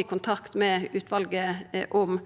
i kontakt med utvalet om.